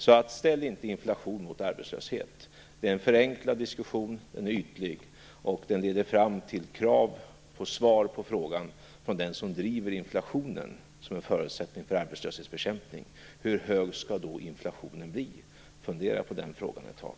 Så ställ inte inflation mot arbetslöshet. Det är en förenklad och ytlig diskussion som leder fram till krav på svar från den som driver inflationen som en förutsättning för arbetslöshetsbekämpning på frågan: Hur hög skall då inflationen bli? Fundera på den frågan ett tag.